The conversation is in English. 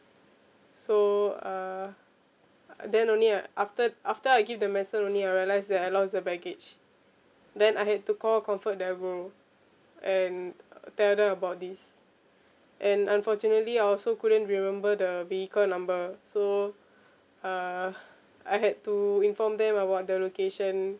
so uh then only I after after I give the medicine only I realise that I lost the baggage then I had to call comfortdelgro and tell them about this and unfortunately I also couldn't remember the vehicle number so uh I had to inform them about the location